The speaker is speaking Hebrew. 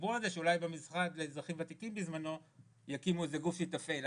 דברו על זה שאולי במשרד לאזרחים ותיקים יקימו גוף שיתפעל את זה.